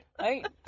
right